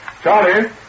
Charlie